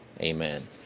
amen